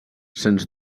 sens